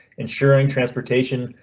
ensuring transportation,